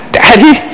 daddy